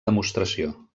demostració